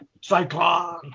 Cyclone